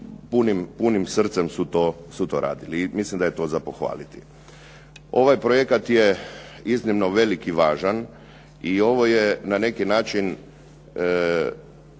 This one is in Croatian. punim srcem su to radili. I mislim da je to za pohvaliti. Ovaj projekat je iznimno veliki važan i ovo je na neki način